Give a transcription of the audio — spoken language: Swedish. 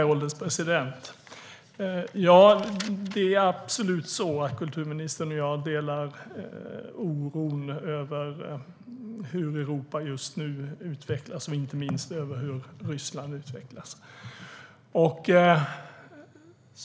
Herr ålderspresident! Kulturministern och jag delar absolut oron över hur Europa just nu utvecklas och inte minst över hur Ryssland utvecklas.